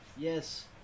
Yes